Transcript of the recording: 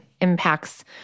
impacts